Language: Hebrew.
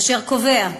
אשר קובע: